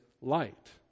light